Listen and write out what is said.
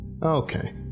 Okay